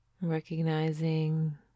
Recognizing